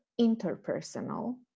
interpersonal